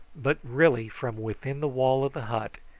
but really from within the wall of the hut,